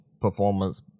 performance